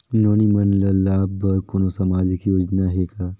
नोनी मन ल लाभ बर कोनो सामाजिक योजना हे का?